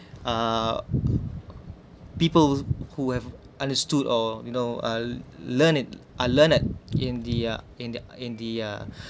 uh people who have understood or you know uh learned it ah learner in the uh in the in the uh